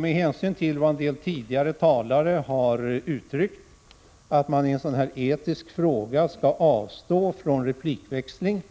Med hänsyn till att vissa tidigare talare har sagt att man bör avstå från replikväxling i en sådan här etisk fråga, avstår jag från replikväxling